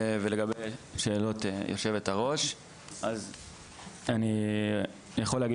ולגבי שאלות יושבת הראש אני יכול להגיד